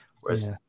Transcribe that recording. Whereas